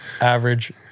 average